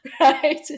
right